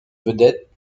vedette